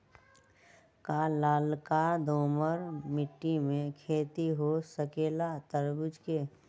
का लालका दोमर मिट्टी में खेती हो सकेला तरबूज के?